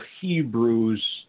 Hebrews